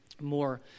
more